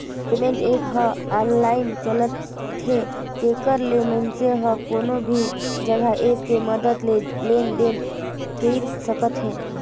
payment app ह online चलथे तेखर ले मइनसे हर कोनो भी जघा ऐप के मदद ले लेन देन कइर सकत हे